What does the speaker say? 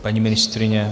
Paní ministryně?